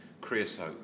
creosote